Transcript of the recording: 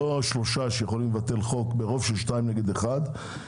לא שלושה שיכולים לבטל חוק ברוב של שניים נגד אחד,